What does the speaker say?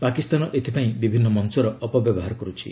ପାକିସ୍ତାନ ଏଥିପାଇଁ ବିଭିନ୍ନ ମଞ୍ଚର ଅପବ୍ୟବହାର କରୁଛି